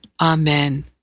Amen